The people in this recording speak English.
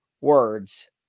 words